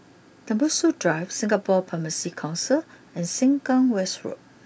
Tembusu Drive Singapore Pharmacy Council and Sengkang West Road